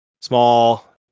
small